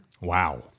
Wow